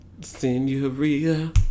Senorita